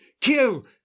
kill